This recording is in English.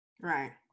Right